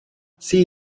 see